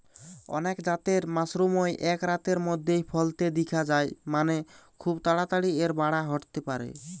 অনেক জাতের মাশরুমই এক রাতের মধ্যেই ফলতে দিখা যায় মানে, খুব তাড়াতাড়ি এর বাড়া ঘটতে পারে